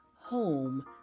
Home